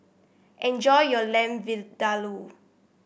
enjoy your Lamb Vindaloo